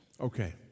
Okay